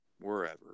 wherever